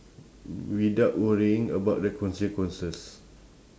without worrying about the consequences